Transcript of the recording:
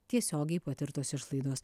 tiesiogiai patirtos išlaidos